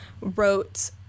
wrote